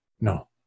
No